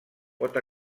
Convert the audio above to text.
pot